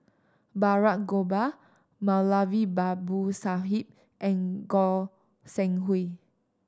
Balraj Gopal Moulavi Babu Sahib and Goi Seng Hui